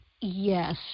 Yes